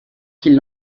qu’ils